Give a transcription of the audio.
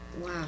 Wow